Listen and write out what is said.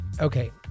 okay